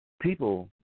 people